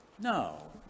No